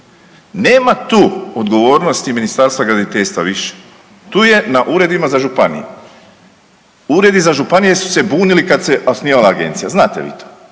Nema tu odgovornosti Ministarstva graditeljstva više. Tu je na uredima za županije. Uredi za županije su se bunili kad se osnivala agencija, znate vi to